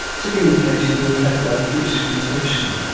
tipping the catch into a flat white dish for inspection.